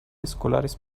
escolares